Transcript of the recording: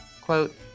Quote